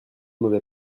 mauvais